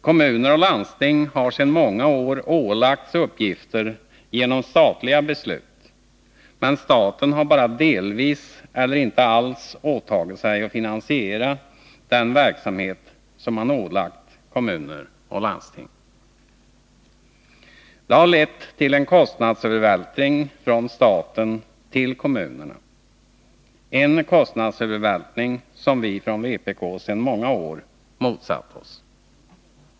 Kommuner och landsting har sedan många år ålagts uppgifter genom statliga beslut, men staten har bara delvis eller inte alls åtagit sig att finansiera den verksamhet som man ålagt kommuner och landsting. Det har lett till en kostnadsövervältring från staten till kommunerna, en kostnadsövervältring som vi från vpk sedan många år motsatt oss.